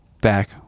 back